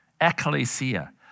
Ecclesia